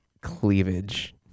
cleavage